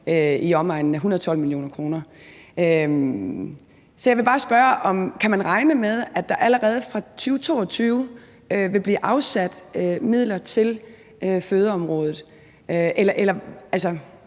i omegnen af 112 mio. kr. Jeg vil bare spørge, om vi kan regne med, at der allerede fra 2022 vil blive afsat midler til fødeområdet,